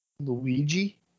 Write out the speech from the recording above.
Luigi